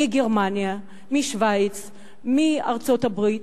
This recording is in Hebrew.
מגרמניה, משווייץ, מארצות-הברית,